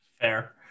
Fair